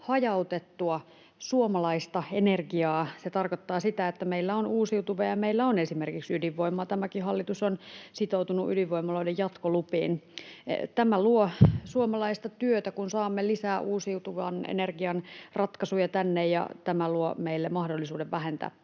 hajautettua, suomalaista energiaa. Se tarkoittaa sitä, että meillä on uusiutuvia ja meillä on esimerkiksi ydinvoimaa. Tämäkin hallitus on sitoutunut ydinvoimaloiden jatkolupiin. Tämä luo suomalaista työtä, kun saamme lisää uusiutuvan energian ratkaisuja tänne, ja tämä luo meille mahdollisuuden vähentää